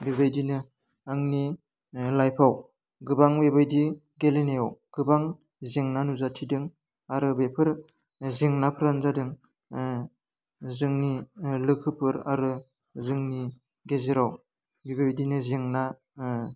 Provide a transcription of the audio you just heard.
बेबायदिनो आंनि लाइफआव गोबां बेबायदि गेलेनायाव गोबां जेंना नुजाथिदों आरो बेफोर जेंनाफ्रानो जादों जोंनि लोगोफोर आरो जोंनि गेजेराव बेबायदिनो जेंना